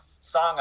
song